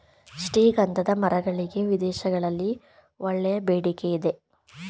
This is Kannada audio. ಶ್ರೀಗಂಧದ ಮರಗಳಿಗೆ ವಿದೇಶಗಳಲ್ಲಿ ಒಳ್ಳೆಯ ಬೇಡಿಕೆ ಇದೆ